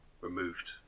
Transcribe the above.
removed